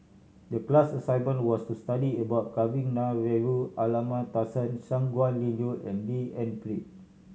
the class assignment was to study about Kavignareru Amallathasan Shangguan Liuyun and D N Pritt